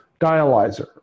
Dialyzer